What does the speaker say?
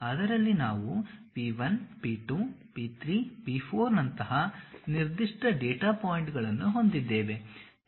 ಅದರಲ್ಲಿ ನಾವು P1 P 2 P 3 P 4 ನಂತಹ ನಿರ್ದಿಷ್ಟ ಡೇಟಾ ಪಾಯಿಂಟ್ಗಳನ್ನು ಹೊಂದಿದ್ದೇವೆ